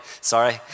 sorry